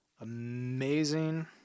amazing